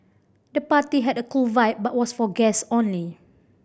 the party had a cool vibe but was for guest only